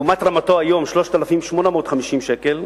לעומת רמתו היום, 3,850 שקל,